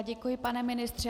Děkuji, pane ministře.